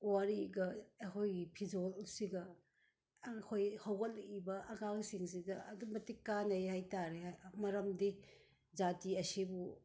ꯄꯨꯋꯥꯔꯤꯒ ꯑꯩꯈꯣꯏꯒꯤ ꯐꯤꯖꯣꯜ ꯑꯁꯤꯒ ꯑꯩꯈꯣꯏ ꯍꯧꯒꯠꯂꯛꯏꯕ ꯑꯉꯥꯡꯁꯤꯡꯁꯤꯒ ꯑꯗꯨꯛꯀꯤ ꯃꯇꯤꯛ ꯀꯥꯟꯅꯩ ꯍꯥꯏꯕ ꯇꯥꯔꯦ ꯃꯔꯝꯗꯤ ꯖꯥꯇꯤ ꯑꯁꯤꯕꯨ